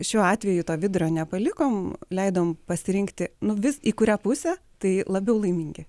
šiuo atveju to vidurio nepalikom leidom pasirinkti nu vis į kurią pusę tai labiau laimingi